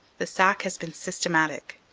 the sack has been systematic.